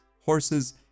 Horses